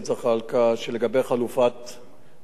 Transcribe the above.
שלגבי חלופת מעצר,